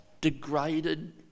degraded